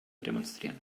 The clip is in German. demonstrieren